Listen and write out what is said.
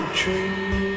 dream